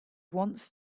wants